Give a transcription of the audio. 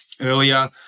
earlier